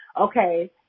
okay